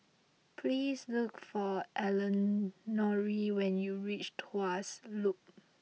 please look for Elenore when you reach Tuas Loop